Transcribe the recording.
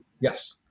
Yes